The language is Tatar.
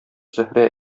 зөһрә